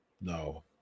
No